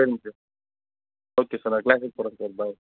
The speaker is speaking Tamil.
சரிங்க சார் ஓகே சார் நான் க்ளாஸ்ஸுக்கு போகிறேன் சார் பாய்